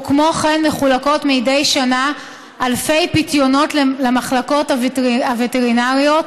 וכן מחולקים מדי שנה אלפי פיתיונות למחלקות הווטרינריות